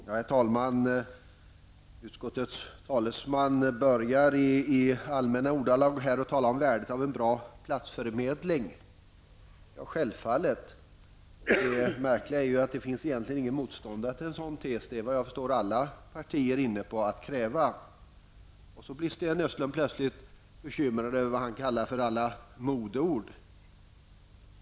Herr talman! Utskottets talesman börjar i allmänna ordalag att tala om värdet av en bra platsförmedling. Självfallet. Det märkliga är att det egentligen inte finns någon motståndare till en sådan tes. Det är, vad jag förstår, alla partier inne på att kräva. Plötsligt blir Sten Östlund bekymrad över det han kallar alla modeord.